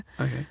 Okay